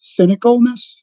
cynicalness